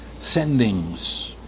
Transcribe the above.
sendings